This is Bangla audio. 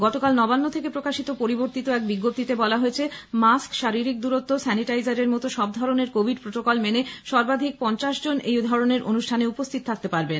গতকাল নবান্ন থেকে প্রকাশিত পরিবর্তিত এক বিজ্ঞপ্তিতে বলা হয়েছে মাস্ক শারীরিক দূরত্ব স্যানিটাইজার এর মত সব ধরনের কোভিড প্রটোকল মেনে সর্বাধিক পঞ্চাশ জন এই ধরনের অনুষ্ঠানে উপস্থিত থাকতে পারবেন